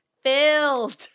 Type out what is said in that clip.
filled